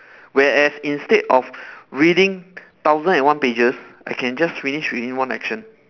whereas instead of reading thousand and one pages I can just finish within one action